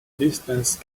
distance